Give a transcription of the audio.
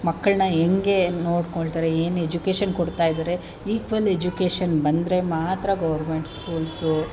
ಮಕ್ಕಳನ್ನ ಹೇಗೆ ನೋಡಿಕೊಳ್ತಾರೆ ಏನು ಎಜುಕೇಷನ್ ಕೊಡ್ತಾ ಇದ್ದಾರೆ ಇಕ್ವಲ್ ಎಜುಕೇಷನ್ ಬಂದರೆ ಮಾತ್ರ ಗೌರ್ಮೆಂಟ್ ಸ್ಕೂಲ್ಸು